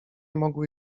mogły